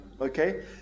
Okay